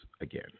again